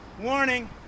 Warning